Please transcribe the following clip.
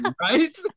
right